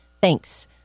Thanks